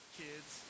kids